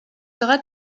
sera